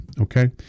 Okay